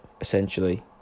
essentially